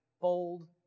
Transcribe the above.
bold